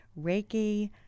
Reiki